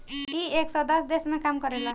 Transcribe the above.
इ एक सौ दस देश मे काम करेला